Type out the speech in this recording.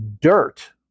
dirt